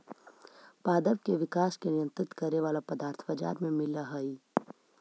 पादप के विकास के नियंत्रित करे वाला पदार्थ बाजार में मिलऽ हई